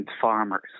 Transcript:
farmers